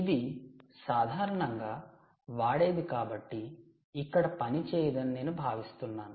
ఇది సాధారణంగా వాడేది కాబట్టి ఇక్కడ పనిచేయదని నేను భావిస్తున్నాను